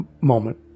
moment